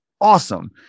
awesome